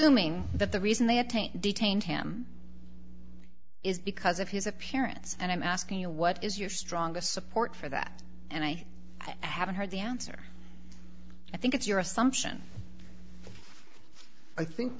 assuming that the reason they attain detained him is because of his appearance and i'm asking you what is your strongest support for that and i haven't heard the answer i think it's your assumption i think